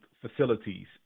facilities